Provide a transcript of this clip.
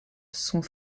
sont